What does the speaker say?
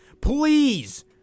Please